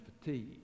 fatigue